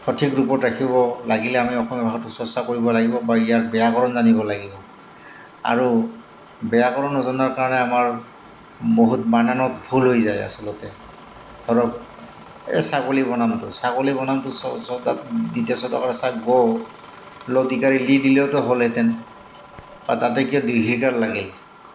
সঠিক ৰূপত ৰাখিব লাগিলে আমি অসমীয়া ভাষাটো চৰ্চা কৰিব লাগিব বা ইয়াৰ ব্যাকৰণ জানিব লাগিব আৰু ব্যাকৰণ নজনাৰ কাৰণে আমাৰ বহুত বানানত ভুল হৈ যায় আচলতে ধৰক এই ছাগলী বানানটো ছাগলী বানানটো চ চ তাত দ্বিতীয় ছ ত আ কাৰে ছা গ ল ত ই কাৰে লি দিলেওতো হ'লহেঁতেন বা তাতে কিয় দীৰ্ঘ্য ই কাৰ লাগে